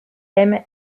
aime